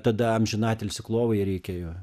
tada amžinatilsį klovai reikia jo